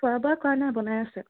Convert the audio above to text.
খোৱা বোৱা কাৰা নাই বনাই আছে